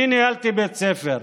אני ניהלתי בית ספר: